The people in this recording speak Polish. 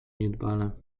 niedbale